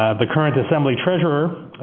the current assembly treasurer,